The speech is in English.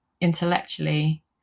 intellectually